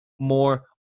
more